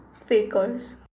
fakers